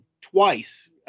twice